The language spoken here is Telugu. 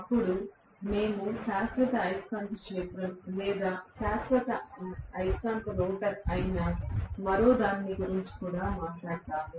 అప్పుడు మేము శాశ్వత అయస్కాంత యంత్రం లేదా శాశ్వత అయస్కాంత రోటర్ అయిన మరో దాని గురించి కూడా మాట్లాడాము